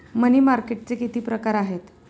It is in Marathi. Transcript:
मनी मार्केटचे किती प्रकार आहेत?